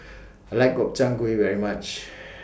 I like Gobchang Gui very much